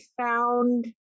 found